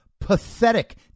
pathetic